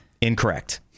Incorrect